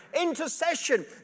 Intercession